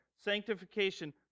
Sanctification